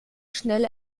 schnell